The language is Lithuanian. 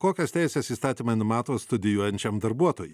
kokias teises įstatymai numato studijuojančiam darbuotojui